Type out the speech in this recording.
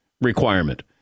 requirement